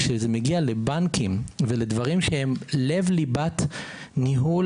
כשזה מגיע לבנקים ולדברים שהם ליבת ניהול